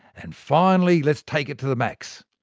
and finally, let's take it to the max.